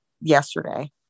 yesterday